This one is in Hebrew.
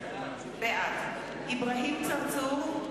בעד אברהים צרצור,